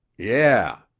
yeah,